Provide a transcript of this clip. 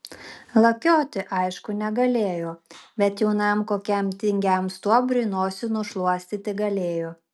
lakioti aišku negalėjo bet jaunam kokiam tingiam stuobriui nosį nušluostyti galėjo